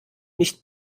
nicht